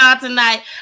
tonight